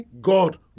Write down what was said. God